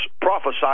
prophesied